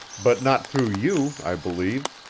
but not through you, i believe.